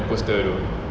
poster tu